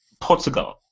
Portugal